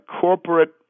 corporate